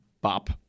bop